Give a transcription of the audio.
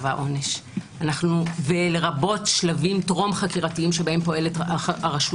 העונש ולרבות שלבים טרום חקירתיים שבהם פועלת הרשות